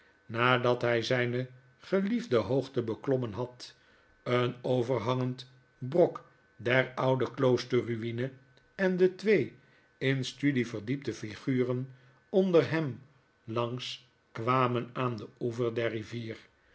nadat hij zijne geliefde hoogte beklom men had een overhangend brok der oude kloosterruine en de twee in studie verdiepte figuren onder hem langs kwamen aan den oever der rivier